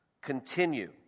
continue